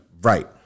Right